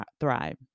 thrive